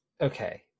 okay